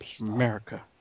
America